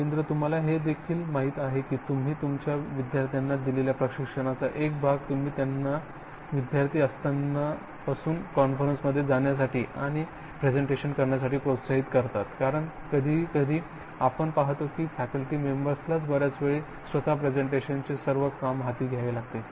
रवींद्र तुम्हाला हे देखील माहित आहे की तुम्ही तुमच्या विद्यार्थ्यांना दिलेल्या प्रशिक्षणाचा एक भाग तुम्ही त्यांना विद्यार्थी असताना कॉन्फरन्समध्ये जाण्यासाठी आणि प्रेझेंटेशन करण्यासाठी प्रोत्साहित करता कारण कधीकधी आपण पाहतो की फॅकल्टी मेंबर्स लाच बर्याच वेळी स्वतः प्रेझेंटेशन चे सर्व काम हाती घ्यावे लागते